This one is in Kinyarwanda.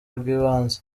rw’ibanze